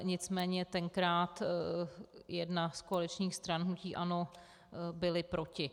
Nicméně tenkrát jedna z koaličních stran, hnutí ANO, byla proti.